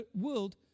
world